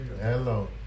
Hello